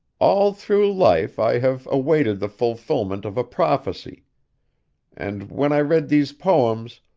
all through life i have awaited the fulfilment of a prophecy and, when i read these poems,